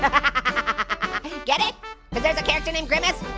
i mean get it cause there's a character named grimace.